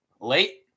late